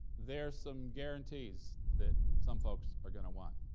there's some guarantees that some folks are gonna want.